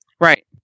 Right